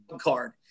card